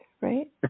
right